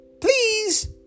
Please